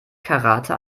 karate